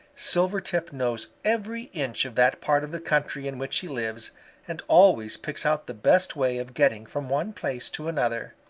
silvertip knows every inch of that part of the country in which he lives and always picks out the best way of getting from one place to another.